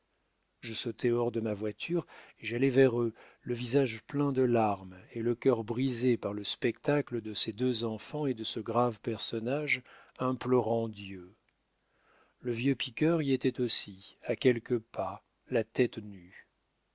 je sautai hors de ma voiture et j'allai vers eux le visage plein de larmes et le cœur brisé par le spectacle de ces deux enfants et de ce grave personnage implorant dieu le vieux piqueur y était aussi à quelques pas la tête nue